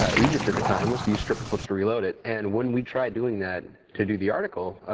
ah egypt at the time was to use tripli-colts to reload it. and when we tried doing that, to do the article,